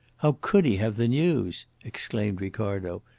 how could he have the news? exclaimed ricardo,